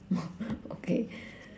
okay